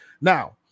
Now